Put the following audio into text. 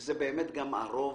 זה באמת גם הרוב.